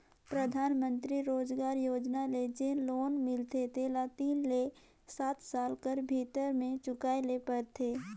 परधानमंतरी रोजगार योजना ले जेन लोन मिलथे तेला तीन ले सात साल कर भीतर में चुकाए ले परथे